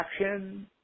action